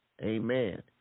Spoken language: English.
Amen